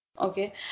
okay